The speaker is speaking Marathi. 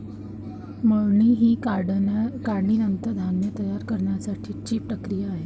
मळणी ही काढणीनंतर धान्य तयार करण्याची प्रक्रिया आहे